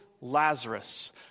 Lazarus